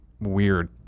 weird